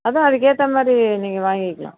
அதான் அதுக்கு ஏற்ற மாதிரி நீங்கள் வாங்கிக்கலாம்